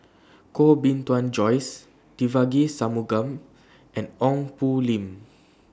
Koh Bee Tuan Joyce Devagi Sanmugam and Ong Poh Lim